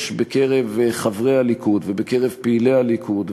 יש בקרב חברי הליכוד ובקרב פעילי הליכוד,